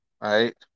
Right